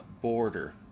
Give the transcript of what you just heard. border